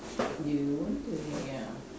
do you want to ya